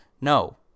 No